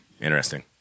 Interesting